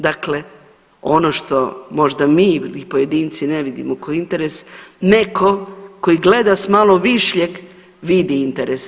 Dakle, ono što možda mi ili pojedinci ne vidimo koji je interes, neko koji gleda s malo višljeg vidi interes.